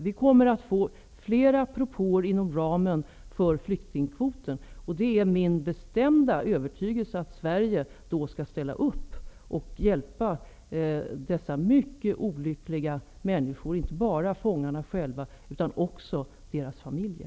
Vi kommer att få flera propåer inom ramen för flyktingkvoten. Det är min bestämda övertygelse att Sverige ställer upp och hjälper dessa mycket olyckliga människor, och då inte bara fångarna själva utan också deras familjer.